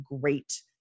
great